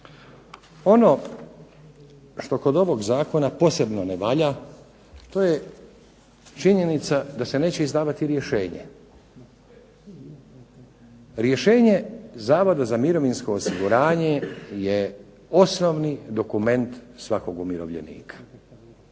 Ono što kod ovog zakona posebno ne valja, to je činjenica da se neće izdavati rješenje. Rješenje Zavoda za mirovinsko osiguranje je osnovni dokument svakog umirovljenika.